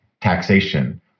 taxation